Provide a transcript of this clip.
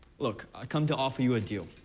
look, i come to offer you a deal.